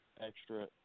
extra